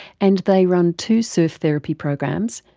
and they run two surf therapy programs,